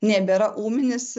nebėra ūminis